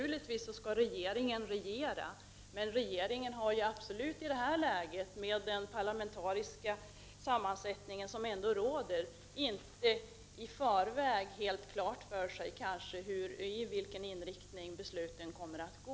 Regeringen skall naturligtvis regera, men regeringen har i det här läget, med den parlamentariska sammansättning som råder, inte i förväg helt klart för sig i vilken riktning besluten kommer att gå.